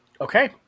Okay